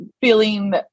feeling